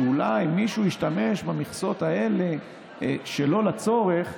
שאולי מישהו ישתמש במכסות האלה שלא לצורך,